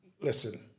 listen